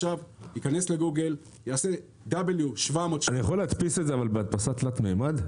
ייכנס לגוגל ויקיש --- אפשר להדפיס את זה במדפסות תלת מימד.